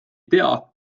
tea